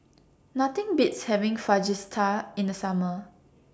Nothing Beats having Fajitas in The Summer